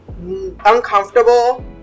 uncomfortable